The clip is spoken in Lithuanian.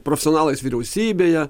profesionalais vyriausybėje